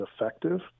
effective